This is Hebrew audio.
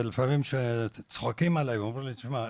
ולפעמים צוחקים עליי ואומרים לי "תשמע,